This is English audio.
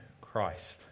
Christ